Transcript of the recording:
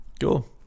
Cool